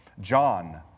John